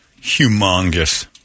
humongous